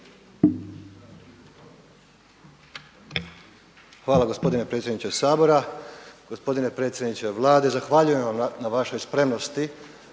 Hvala gospodine predsjedniče Sabora. Gospodine predsjedniče Vlade, zahvaljujem vam na vašoj spremnosti